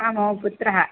आम् मम पुत्रः